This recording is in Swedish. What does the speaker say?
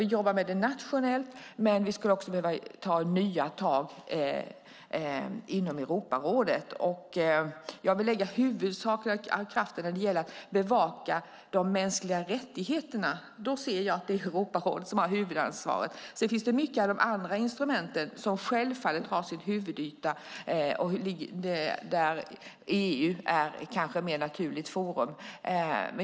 Vi jobbar med det nationellt, men vi skulle behöva ta nya tag inom Europarådet. Jag vill lägga kraft på att bevaka de mänskliga rättigheterna. Där har Europarådet huvudansvaret. Det finns dock många andra instrument som har sin huvudyta i EU, vilket gör det till ett mer naturligt forum.